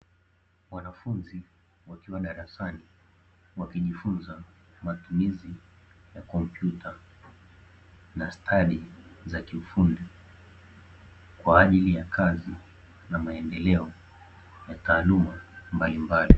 Wanafunzi wakiwa darasani wakijifunza matumizi ya kompyuta na stadi za kiufundi kwa ajili ya kazi na maendeleo ya taaluma mbalimbali.